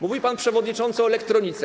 Mówił pan przewodniczący o elektronice.